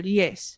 yes